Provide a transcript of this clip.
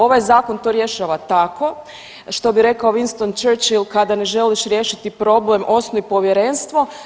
Ovaj zakon to rješava tako što bi rekao Winston Churchill kada ne želiš riješiti problem osnuj povjerenstvo.